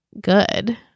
good